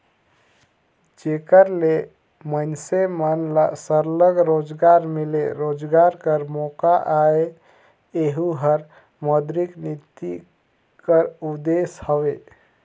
जेकर ले मइनसे मन ल सरलग रोजगार मिले, रोजगार कर मोका आए एहू हर मौद्रिक नीति कर उदेस हवे